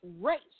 race